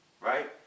right